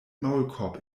maulkorb